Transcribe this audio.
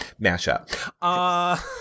Mashup